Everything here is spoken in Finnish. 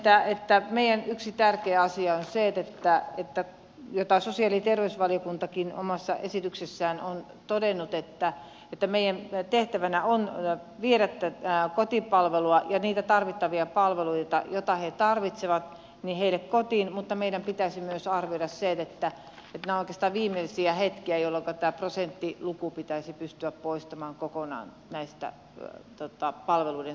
näkisin että meillä yksi tärkeä asia on se mitä sosiaali ja terveysvaliokuntakin omassa esityksessään on todennut että meidän tehtävänä on viedä kotipalvelua ja niitä tarvittavia palveluita joita he tarvitsevat heille kotiin mutta meidän pitäisi myös arvioida se että nämä ovat oikeastaan viimeisiä hetkiä jolloinka tämä prosenttiluku pitäisi pystyä poistamaan kokonaan näistä palveluiden saatavuuskriteereistä